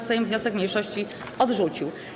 Sejm wniosek mniejszości odrzucił.